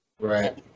Right